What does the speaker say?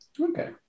Okay